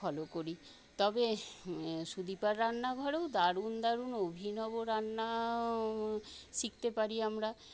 follow করি তবে সুদীপার রান্নাঘরেও দারুণ দারুণ অভিনব রান্নাও শিখতে পারি আমরা